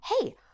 hey